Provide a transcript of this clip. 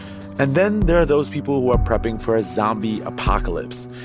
and then there are those people who are prepping for a zombie apocalypse.